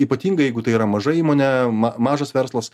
ypatingai jeigu tai yra maža įmonė ma mažas verslas